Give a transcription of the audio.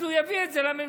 אז הוא יביא את זה לממשלה.